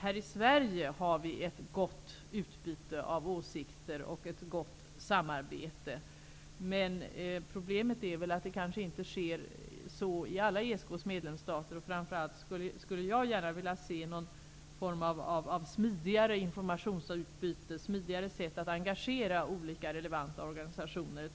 Här i Sverige har vi ett gott utbyte av åsikter och ett gott samarbete. Men problemet är att det kanske inte är på det sättet i alla ESK:s medlemsstater. Framför allt skulle jag gärna se någon form av smidigare informationsutbyte och ett smidigare sätt att engagera olika relevanta organisationer.